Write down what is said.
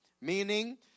Meaning